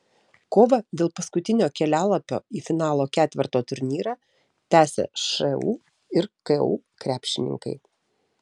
kovą dėl paskutinio kelialapio į finalo ketverto turnyrą tęsia šu ir ku krepšininkai